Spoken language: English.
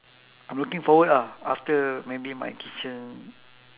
I'm looking forward ah after maybe my kitchen